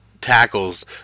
tackles